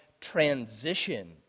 transition